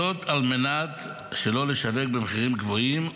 זאת על מנת שלא לשווק במחירים גבוהים,